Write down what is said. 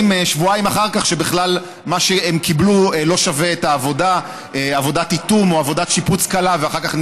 לי שבאחד הדיונים הקודמים ציין את האירועים האלה גם חבר הכנסת